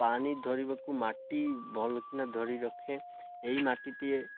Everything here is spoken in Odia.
ପାଣି ଧରିବାକୁ ମାଟି ଭଲକିିନା ଧରି ରଖେ ଏହି ମାଟିଟିଏ